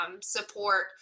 support